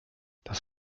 das